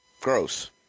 gross